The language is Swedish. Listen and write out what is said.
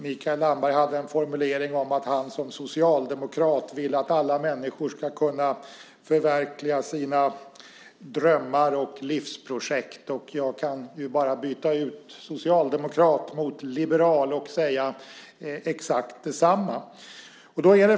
Mikael Damberg hade en formulering om att han som socialdemokrat vill att alla människor ska kunna förverkliga sina drömmar och livsprojekt. Jag kan ju bara byta ut socialdemokrat mot liberal och säga exakt detsamma.